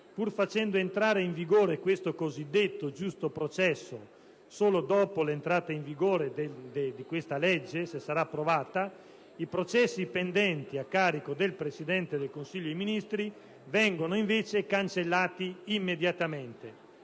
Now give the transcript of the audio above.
pur facendo entrare in vigore questo cosiddetto giusto processo solo dopo l'entrata in vigore di tale legge, se sarà approvata, i processi pendenti a carico del Presidente del Consiglio dei ministri vengono invece cancellati immediatamente.